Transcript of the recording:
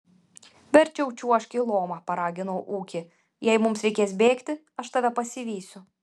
verčiau čiuožk į lomą paraginau ūkį jei mums reikės bėgti aš tave pasivysiu